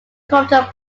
cauldron